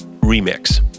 remix